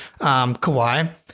Kawhi